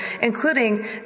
including